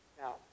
Now